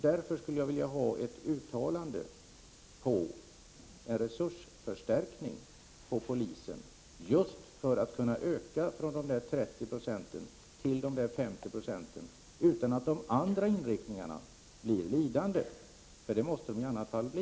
Därför skulle jag vilja få ett uttalande om en resursförstärkning hos polisen just för att kunna öka insatsatserna på det här området från 30 9 till 50 26 utan att de andra inriktningarna blir lidande. Det måste de i annat fall bli.